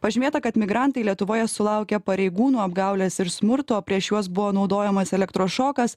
pažymėta kad migrantai lietuvoje sulaukia pareigūnų apgaulės ir smurto prieš juos buvo naudojamas elektrošokas